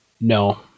No